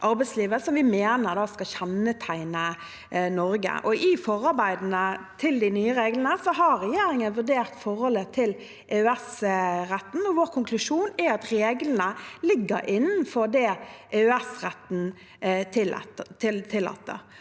som vi mener skal kjennetegne Norge. I forarbeidene til de nye reglene har regjeringen vurdert forholdet til EØS-retten, og vår konklusjon er at reglene ligger innenfor det EØS-retten tillater.